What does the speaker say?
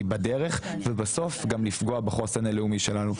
בדרך ובסוף גם לפגוע בחוסן הלאומי שלנו.